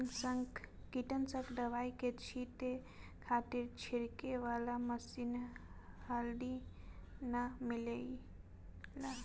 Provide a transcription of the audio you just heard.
कीटनाशक दवाई के छींटे खातिर छिड़के वाला मशीन हाल्दी नाइ मिलेला